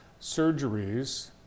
surgeries